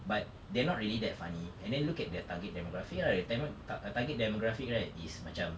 but they are not really that funny and then look at their target demographic ah their demo~ their target demographic right is macam